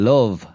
Love